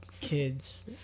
kids